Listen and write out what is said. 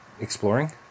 exploring